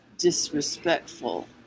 disrespectful